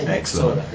Excellent